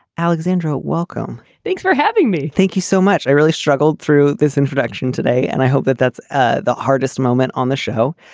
alexandra welcome. thanks for having me. thank you so much. i really struggled through this introduction today and i hope that that's ah the hardest moment on the show.